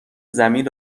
زمین